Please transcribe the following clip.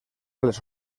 les